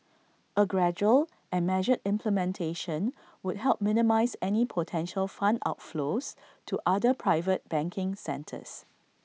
A gradual and measured implementation would help minimise any potential fund outflows to other private banking centres